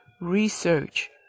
research